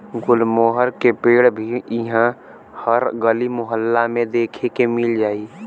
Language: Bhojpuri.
गुलमोहर के पेड़ भी इहा हर गली मोहल्ला में देखे के मिल जाई